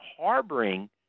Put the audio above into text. harboring